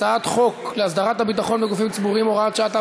הצעת חוק להסדרת הביטחון בגופים ציבוריים (הוראת שעה),